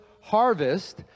harvest